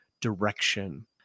direction